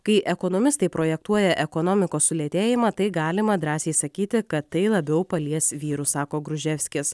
kai ekonomistai projektuoja ekonomikos sulėtėjimą tai galima drąsiai sakyti kad tai labiau palies vyrus sako gruževskis